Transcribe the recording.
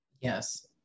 Yes